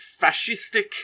fascistic